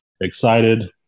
excited